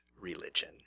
religion